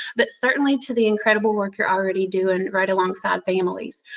but certainly to the incredible work you're already doing right alongside families.